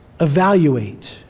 Evaluate